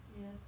Yes